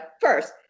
first